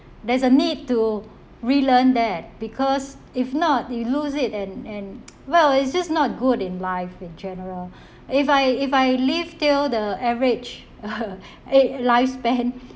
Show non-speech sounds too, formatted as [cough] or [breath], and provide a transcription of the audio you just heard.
there's a need to relearn that because if not you lose it and and well it's just not good in life in general [breath] if I if I live till the average uh age lifespan